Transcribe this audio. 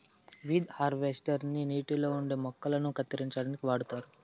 weed harvester ని నీటిలో ఉండే మొక్కలను కత్తిరించడానికి వాడుతారు